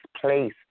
place